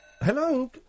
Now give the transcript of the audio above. Hello